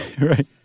Right